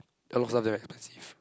a lot of stuff damn expensive